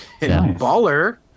baller